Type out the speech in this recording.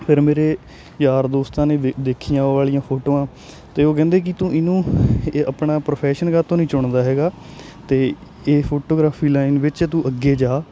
ਫਿਰ ਮੇਰੇ ਯਾਰ ਦੋਸਤਾਂ ਨੇ ਵੇ ਦੇਖੀਆਂ ਉਹ ਵਾਲੀਆਂ ਫੋਟੋਆਂ ਅਤੇ ਉਹ ਕਹਿੰਦੇ ਕਿ ਤੂੰ ਇਹਨੂੰ ਇਹ ਆਪਣਾ ਪ੍ਰੋਫੈਸ਼ਨ ਕਾਹਤੋਂ ਨਹੀਂ ਚੁਣਦਾ ਹੈਗਾ ਅਤੇ ਇਹ ਫੋਟੋਗ੍ਰਾਫੀ ਲਾਈਨ ਵਿੱਚ ਤੂੰ ਅੱਗੇ ਜਾ